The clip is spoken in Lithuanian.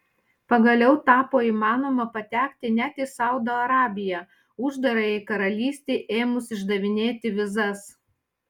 pagaliau tapo įmanoma patekti net į saudo arabiją uždarajai karalystei ėmus išdavinėti vizas